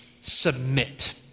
Submit